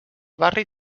barri